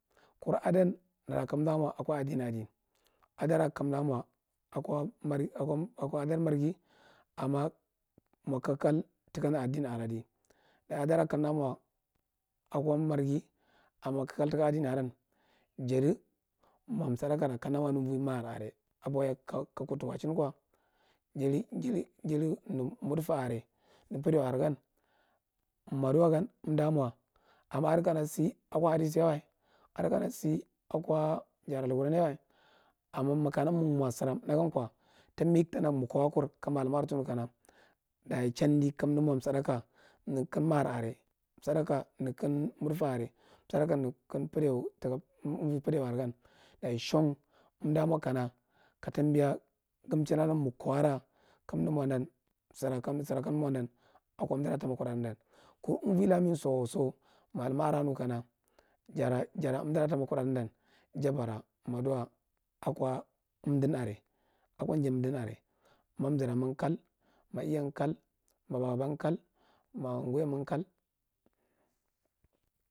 Kuradan nera kadam o akow adin a chi nera kamda ako adan magarghi amma mo kakaf tika idin adi, adara kamdo moa ko adr marrighi amma mo kal tika adin hadi ma laddakara kanch moumvo makkr are jadi jadi na kamda mo umvo moɗɗfur are nne peedionre gan, madiwo gan umda mo anna adika siako heath yawa adikasira thioth gan kop tind tanagu mokkkowa kur ka mallar ma are tunu kana kandu mo sadaka ne gan makkur are, sadaka ri kun maddfe are gan sada ka neku pediwa are gan da shan umda moka na ka tambi anan mokow undimo dan, undi laka mallma are nuka undi tathudim yanuka ya bara maduwa ya unalin are mar bara maduwa ya unadin are, mar inziroma kal ma iyan kai ma baban kal ma gulyama kaf.